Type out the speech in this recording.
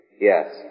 yes